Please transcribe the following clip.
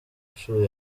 nshuro